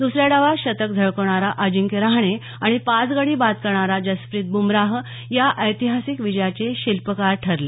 दसऱ्या डावात शतक झळकवणारा अजिंक्य रहाणे आणि पाच गडी बाद करणारा जसप्रित बुमराह या ऐतिहासिक विजयाचे शिल्पकार ठरले